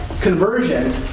conversion